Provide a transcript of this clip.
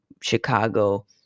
Chicago